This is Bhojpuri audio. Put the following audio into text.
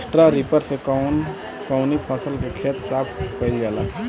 स्टरा रिपर से कवन कवनी फसल के खेत साफ कयील जाला?